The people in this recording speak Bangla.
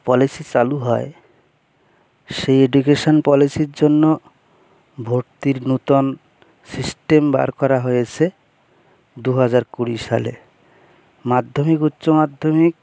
পলিসি চালু হয় সে এডুকেশন পলিসির জন্য ভর্তির নূতন সিস্টেম বার করা হয়েছে দু হাজার কুড়ি সালে মাধ্যমিক উচ্চ মাধ্যমিক